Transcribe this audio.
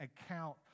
account